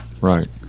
right